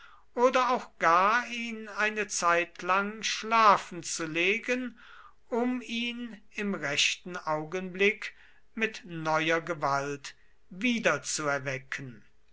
oder auch gar ihn eine zeitlang schlafen zu legen um ihn im rechten augenblick mit neuer gewalt wiederzuerwecken